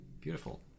beautiful